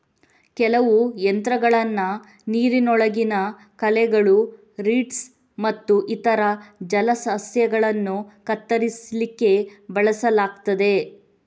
ಕೆಲವು ಯಂತ್ರಗಳನ್ನ ನೀರಿನೊಳಗಿನ ಕಳೆಗಳು, ರೀಡ್ಸ್ ಮತ್ತು ಇತರ ಜಲಸಸ್ಯಗಳನ್ನ ಕತ್ತರಿಸ್ಲಿಕ್ಕೆ ಬಳಸಲಾಗ್ತದೆ